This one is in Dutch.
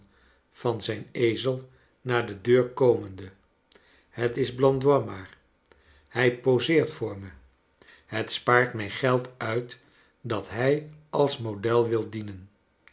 van zijn ezel naar de deur komende het is blandois maar hij poseert voor me het spaart mij geld uit dat hij als model wil dienen